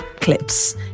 clips